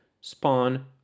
spawn